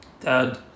Dad